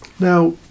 Now